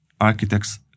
architects